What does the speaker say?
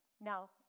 Now